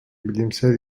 bilimsel